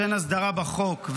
שאין הסדרה בחוק,